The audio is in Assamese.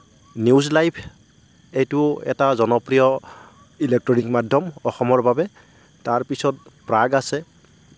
নিউজ লাইভ এইটো এটা জনপ্ৰিয় ইলেক্ট্ৰনিক মাধ্যম অসমৰ বাবে তাৰপিছত প্ৰাগ আছে